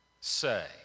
say